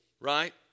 right